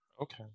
okay